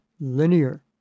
linear